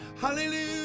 Hallelujah